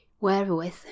wherewith